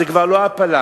זאת כבר לא הפלה.